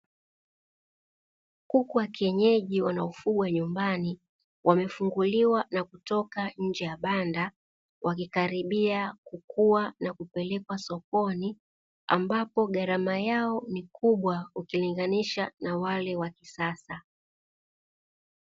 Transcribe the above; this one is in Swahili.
Kuku wa kienyeji wanaofugwa nyumbani wamefunguliwa na kutoka nje ya banda wakikaribia kukua na kupelekwa sokoni ambapo gharama yao ni kubwa ukilinganisha na wale wa kisasa.